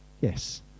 Yes